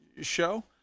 show